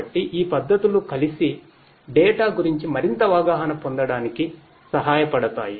కాబట్టి ఈ పద్ధతులు కలిసి డేటా గురించి మరింత అవగాహన పొందడానికి సహాయపడతాయి